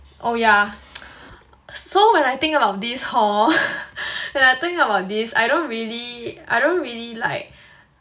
oh yeah so when I think about this hor when I think about this I don't really I don't really like